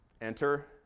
Enter